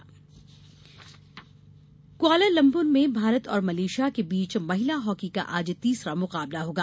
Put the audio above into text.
महिला hockey Kuala Lumpur में भारत और मलेशिया के बीच महिला हॉकी का आज तीसरा मुकाबला होगा